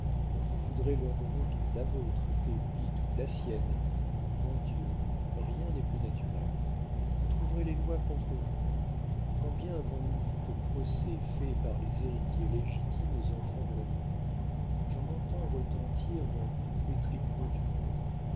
vous voudrez leur donner toute la vôtre et lui toute la sienne mon dieu rien n'est plus naturel vous trouverez les lois contre vous combien avons-nous vu de procès faits par les héritiers légitimes aux enfants de l'amour j'en entends retentir dans tous les tribunaux du monde